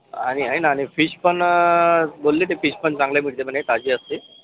आणि है ना फिश पण बोलले ते फिश पण चांगली मिळते म्हणे ताजी असते